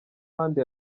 ahandi